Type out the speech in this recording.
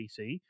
PC